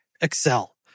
Excel